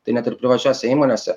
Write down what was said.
tai net ir privačiose įmonėse